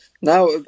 Now